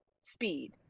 speed